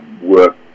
work